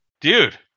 dude